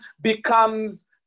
becomes